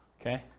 Okay